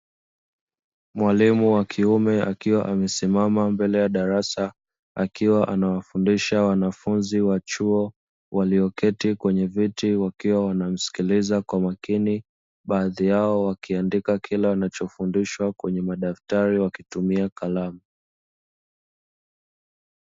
Mwalimu wa kiume akiwa amesimama mbele ya darasa, akiwa anawafundisha wanafunzi wa chuo walioketi kwenye viti wakiwa wanamsikiliza kwa makini, baadhi yao wakiandika kila wanachofundishwa kwenye madaftari wakitumia kalamu.